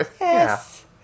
Yes